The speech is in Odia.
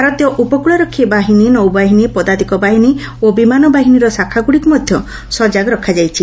ଭାରତୀୟ ଉପକ୍ୱଳରକ୍ଷୀ ବାହିନୀ ନୌବାହିନୀ ପଦାତିକ ବାହିନୀ ଓ ବିମାନ ବାହିନୀର ଶାଖାଗୁଡ଼ିକୁ ମଧ୍ୟ ସଜାଗ ରଖାଯାଇଛି